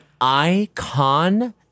icon